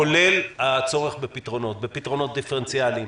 כולל הצורך בפתרונות בפתרונות דיפרנציאליים,